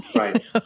Right